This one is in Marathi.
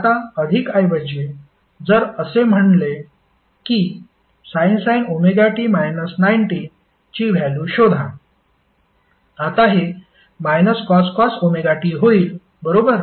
आता अधिकऐवजी जर असे म्हणले कि sin ωt 90 ची व्हॅल्यु शोधा आता हे cos ωt होईल बरोबर